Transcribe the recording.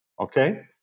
okay